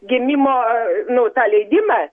gimimo nu tą leidimą